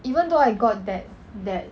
even though I got that that